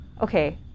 Okay